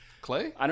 Clay